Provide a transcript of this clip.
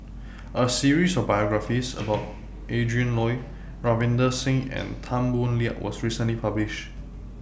A series of biographies about Adrin Loi Ravinder Singh and Tan Boo Liat was recently published